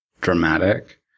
dramatic